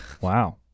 Wow